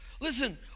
Listen